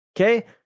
Okay